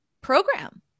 program